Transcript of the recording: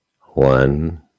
One